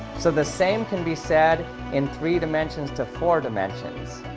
so the same can be said in three dimensions to four dimensions,